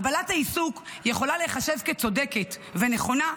הגבלת העיסוק יכולה להיחשב כצודקת ונכונה,